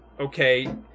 okay